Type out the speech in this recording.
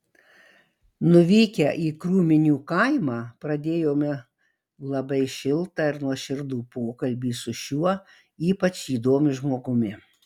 nuvykę į krūminių kaimą pradėjome labai šiltą ir nuoširdų pokalbį su šiuo ypač įdomiu žmogumi